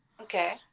Okay